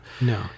No